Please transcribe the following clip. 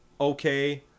okay